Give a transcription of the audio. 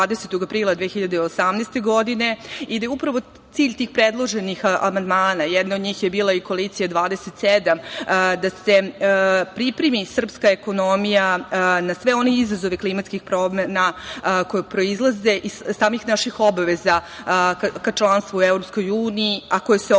i da je upravo cilj tih predloženih amandmana, jedna od njih je bila i Koalicija 27, da se pripremi srpska ekonomija na sve one izazove klimatskih promena koje proizilaze iz samih naših obaveza ka članstvu u EU, a koje se odnose